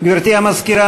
גברתי המזכירה,